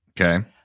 Okay